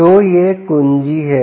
तो यह कुंजी है